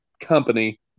company